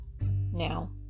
now